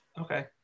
Okay